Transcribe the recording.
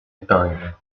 épingle